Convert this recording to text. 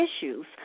issues